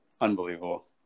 Unbelievable